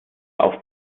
auf